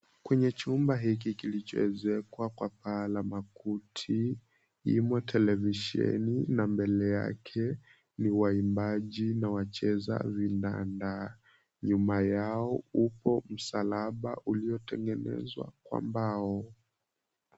Kwenye chumba hiki kilichoezwkwa kwa paa la makuti imo televisheni na mbele yake ni waimbaji na wacheza vinanda. Nyuma yao upo msalaba uliotengenezwa kwa mbao.